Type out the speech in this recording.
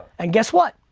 and guess what?